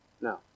No